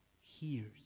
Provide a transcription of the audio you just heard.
hears